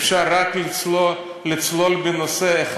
אפשר לצלול רק בנושא אחד,